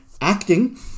acting